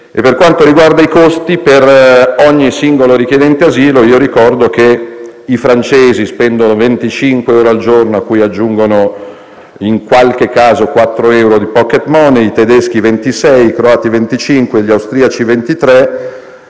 Per quanto riguarda i costi per ogni singolo richiedente asilo, ricordo che i francesi spendono 25 euro al giorno, a cui aggiungono in qualche caso quattro euro di *pocket money*, i tedeschi 26 euro, i croati 25 euro, gli austriaci 23